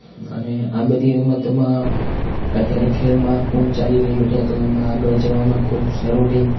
અને આ બધી રમતમાં અત્યારે ખેલ મહાકુંભ ચાલી રહ્યું છે તો એમાં આગળ જવામાં ખૂબ સારું રહે